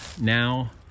now